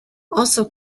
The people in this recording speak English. also